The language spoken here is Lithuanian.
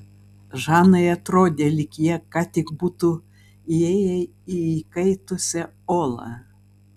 žanai atrodė lyg jie ką tik būtų įėję į įkaitusią olą